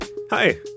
Hi